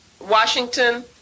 Washington